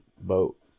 boat